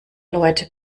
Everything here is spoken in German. leute